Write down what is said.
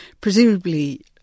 presumably